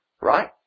right